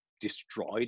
destroyed